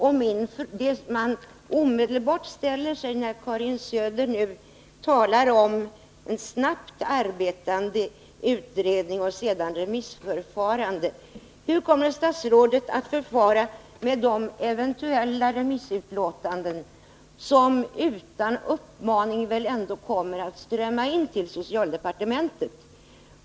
Den fråga som man omedelbart ställer, när Karin Söder talar om en snabbt arbetande utredning med åtföljande remissförfarande är denna: Hur kommer statsrådet att förfara med de eventuella remissutlåtanden som utan uppmaning väl ändå kommer att strömma in till socialdepartementet?